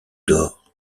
d’or